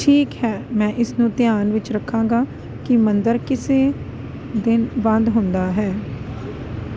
ਠੀਕ ਹੈ ਮੈਂ ਇਸਨੂੰ ਧਿਆਨ ਵਿੱਚ ਰੱਖਾਂਗਾ ਕਿ ਮੰਦਰ ਕਿਸੇ ਦਿਨ ਬੰਦ ਹੁੰਦਾ ਹੈ